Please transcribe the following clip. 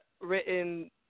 written